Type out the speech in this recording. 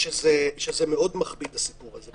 ומאוד מכביד הסיפור הזה,